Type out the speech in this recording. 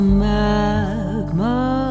magma